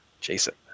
Jason